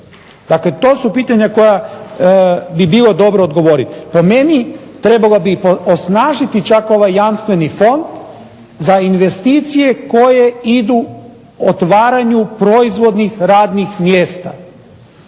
Dakle, to su pitanja koja bi bilo dobro odgovoriti. Po meni, trebalo bi čak osnažiti ovaj Jamstveni fond za investicije koje idu otvaranju proizvodnih radnih mjesta